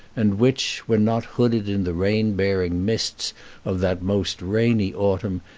and which, when not hooded in the rain-bearing mists of that most rainy autumn,